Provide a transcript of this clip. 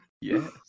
Yes